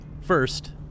First